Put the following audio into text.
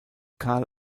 karl